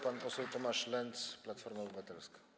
Pan poseł Tomasz Lenz, Platforma Obywatelska.